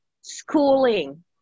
schooling